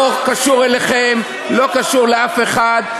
לא קשור אליכם, לא קשור לאף אחד.